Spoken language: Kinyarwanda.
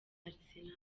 arsenal